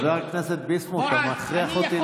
חבר הכנסת ביסמוט, אתה מכריח אותי להוסיף לו.